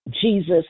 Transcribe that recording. Jesus